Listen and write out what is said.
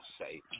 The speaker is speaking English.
say